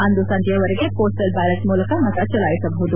ಇಂದು ಸಂಜೆಯವರೆಗೆ postal ballot ಮೂಲಕ ಮತ ಚಲಾಯಿಸಬಹುದು